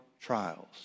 trials